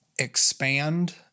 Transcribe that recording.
Expand